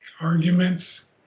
arguments